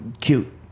cute